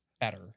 better